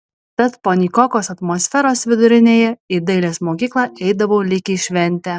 tad po nykokos atmosferos vidurinėje į dailės mokyklą eidavau lyg į šventę